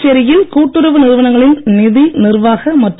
புதுச்சேரியில் கூட்டுறவு நிறுவனங்களின் நிதி நிர்வாக மற்றும்